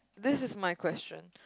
this is my question